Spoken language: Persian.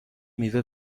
میوه